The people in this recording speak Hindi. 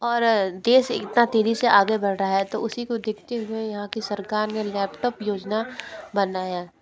और देश इतना तेज़ी से आगे बढ़ रहा है तो उसी को देखते हुए यहाँ की सरकार ने लैपटॉप योजना बनाया